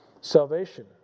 salvation